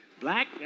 Black